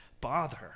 bother